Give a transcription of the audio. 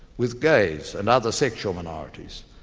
with gays and other sexual minorities,